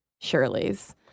Shirley's